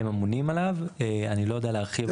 הם אמונים עליו, אני לא יודע להרחיב.